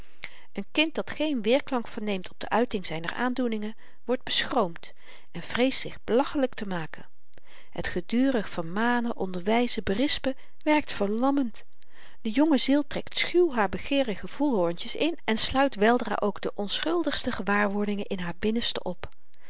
een kind dat geen weerklank verneemt op de uiting zyner aandoeningen wordt beschroomd en vreest zich belachelyk te maken het gedurig vermanen onderwyzen berispen werkt verlammend de jonge ziel trekt schuw haar begeerige voelhoorntjes in en sluit weldra ook de onschuldigste gewaarwordingen in haar binnenste op